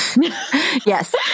Yes